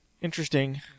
Interesting